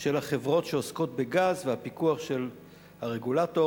של החברות שעוסקות בגז והפיקוח של הרגולטור,